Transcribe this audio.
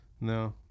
no